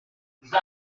ndetse